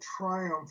triumph